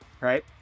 Right